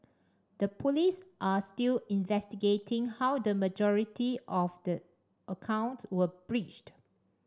the Police are still investigating how the majority of the account were breached